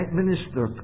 minister